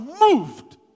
moved